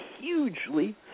hugely